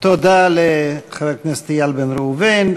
תודה לחבר הכנסת איל בן ראובן.